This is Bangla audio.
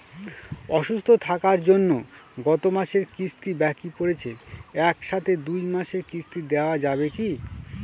অসুস্থ থাকার জন্য গত মাসের কিস্তি বাকি পরেছে এক সাথে দুই মাসের কিস্তি দেওয়া যাবে কি?